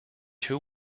two